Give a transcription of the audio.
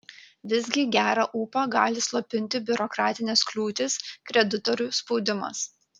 visgi gerą ūpą gali slopinti biurokratinės kliūtys kreditorių spaudimas